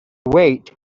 wait